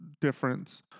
difference